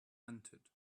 entered